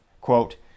quote